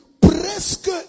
presque